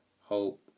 hope